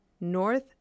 North